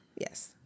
Yes